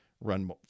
run